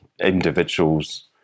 individuals